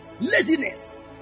laziness